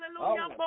Hallelujah